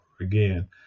Again